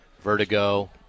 vertigo